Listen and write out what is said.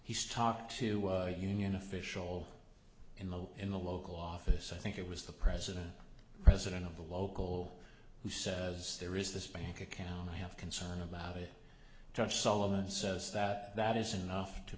he's talked to a union official in the in the local office i think it was the president president of the local who says there is this bank account i have concern about it tom sullivan says that that is enough to